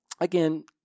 Again